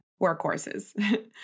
workhorses